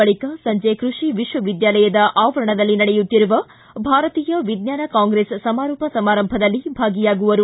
ಬಳಿಕ ಸಂಜೆ ಕೃಷಿ ವಿಶ್ವವಿದ್ಯಾಲಯದ ಆವರಣದಲ್ಲಿ ನಡೆಯುತ್ತಿರುವ ಭಾರತೀಯ ವಿಜ್ಞಾನ ಕಾಂಗ್ರೆಸ್ ಸಮಾರೋಪ ಸಮಾರಂಭದಲ್ಲಿ ಭಾಗಿಯಾಗುವರು